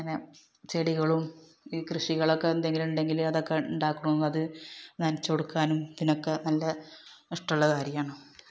അങ്ങനെ ചെടികളും ഈ കൃഷികളൊക്കെ എന്തെങ്കിലും ഉണ്ടെങ്കില് അതൊക്കെ ഉണ്ടാക്കും അത് നനച്ചുകൊടുക്കാനും അതിനൊക്കെ നല്ല ഇഷ്ടമുള്ള കാര്യമാണ്